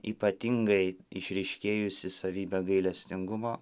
ypatingai išryškėjusi savybė gailestingumo